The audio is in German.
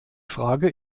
frage